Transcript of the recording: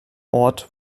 ort